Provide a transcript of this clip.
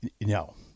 no